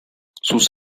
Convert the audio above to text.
sus